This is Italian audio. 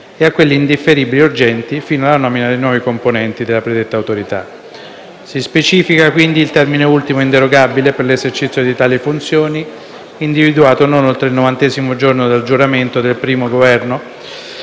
e a quelli indifferibili e urgenti, fino alla nomina dei nuovi componenti della predetta autorità. Si specifica quindi il termine ultimo e inderogabile per l'esercizio di tali funzioni, individuato non oltre il novantesimo giorno dal giuramento del primo Governo